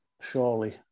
Surely